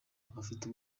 abafite